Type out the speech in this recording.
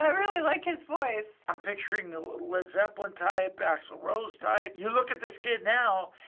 um really like his voice. i'm picturing a led zeppelin type, axl rose type. you look at this kid now,